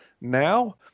now